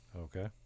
Okay